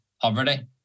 poverty